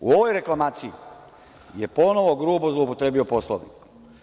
U ovoj reklamaciji je ponovo grupo zloupotrebio Poslovnik.